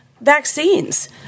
vaccines